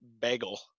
bagel